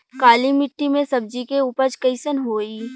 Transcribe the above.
काली मिट्टी में सब्जी के उपज कइसन होई?